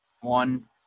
one